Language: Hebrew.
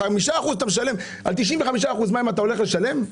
5% אתה משלם - על 95% מים אתה הולך לשלם?